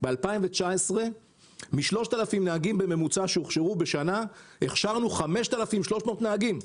ב-2019 מ-3,000 נהגים בממוצע שהוכשרו קודם לכן בשנה הכשרנו 5,300 נהגים.